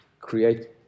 create